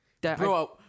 Bro